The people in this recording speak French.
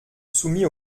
soumis